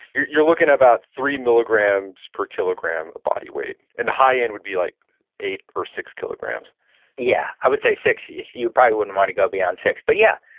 you're you're looking at about three milligrams per kilogram of body weight and the high-end would be like eight or six kilograms yeah, i would say six. yeah you probably wouldn't wanna go beyond six. but yeah,